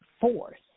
force